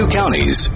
counties